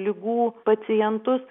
ligų pacientus